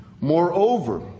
Moreover